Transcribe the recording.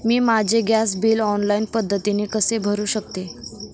मी माझे gas bill online पद्धतीने कसे भरु शकते?